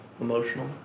emotional